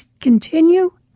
continue